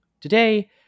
Today